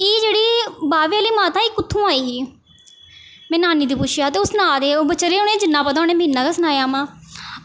एह् जेह्ड़ी बाह्वे आह्ली माता एह् कु'त्थुआं आई ह में नानी गी पुच्छेआ ते ओह् सना दे हे ओह् बेचारे उ'नेंगी जिन्ना पता हा उ'नें मिगी इन्ना गै सनाया मां